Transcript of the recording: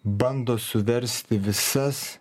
bando suversti visas